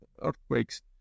earthquakes